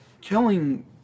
killing